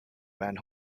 van